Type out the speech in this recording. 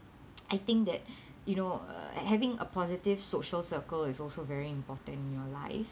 I think that you know uh having a positive social circle is also very important in your life